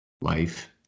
life